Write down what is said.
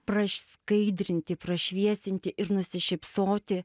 praskaidrinti prašviesinti ir nusišypsoti